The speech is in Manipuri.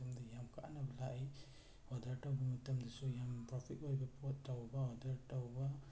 ꯌꯥꯝ ꯀꯥꯟꯅꯕ ꯂꯥꯛꯏ ꯑꯣꯔꯗꯔ ꯇꯧꯕ ꯃꯇꯝꯗꯁꯨ ꯌꯥꯝ ꯄ꯭ꯔꯣꯐꯤꯠ ꯑꯣꯏꯕ ꯄꯣꯠ ꯇꯧꯕ ꯑꯣꯔꯗꯔ ꯇꯧꯕ